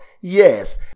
Yes